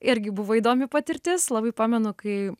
irgi buvo įdomi patirtis labai pamenu kai